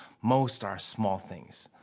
most are small things.